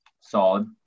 Solid